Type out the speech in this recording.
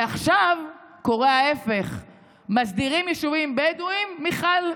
עכשיו קורה ההפך, מסדירים יישובים בדואיים, מיכל,